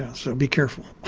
yeah so be careful.